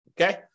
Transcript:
Okay